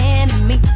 enemy